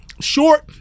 Short